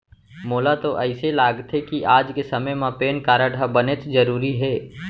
मोला तो अइसे लागथे कि आज के समे म पेन कारड ह बनेच जरूरी हे